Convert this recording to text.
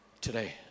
today